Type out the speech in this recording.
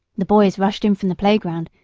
the boys rushed in from the playground,